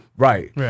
Right